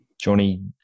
Johnny